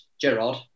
Gerard